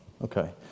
Okay